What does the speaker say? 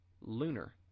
lunar